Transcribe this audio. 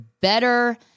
better